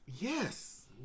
Yes